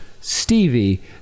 Stevie